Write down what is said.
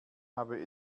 habe